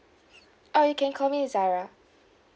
uh you can call me zarah